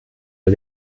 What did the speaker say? wir